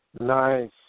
Nice